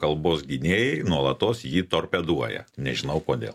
kalbos gynėjai nuolatos jį torpeduoja nežinau kodėl